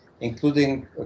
including